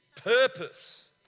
Purpose